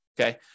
Okay